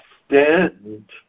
extend